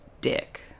dick